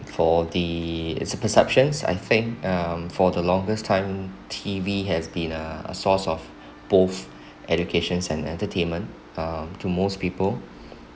for the it's a perceptions I think um for the longest time T_V has been uh a source of both education and entertainment um to most people